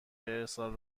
ارسال